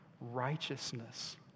righteousness